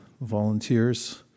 volunteers